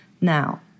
Now